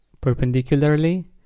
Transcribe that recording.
perpendicularly